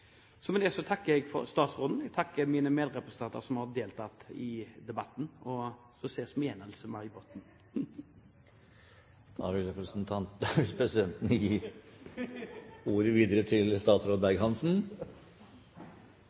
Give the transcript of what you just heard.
Med det takker jeg statsråden, jeg takker mine medrepresentanter som har deltatt i debatten – og så ses vi igjen, Else-May Botten.